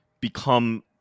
become